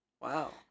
Wow